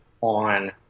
on